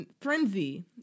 frenzy